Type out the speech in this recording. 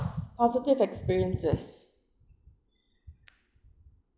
positive experiences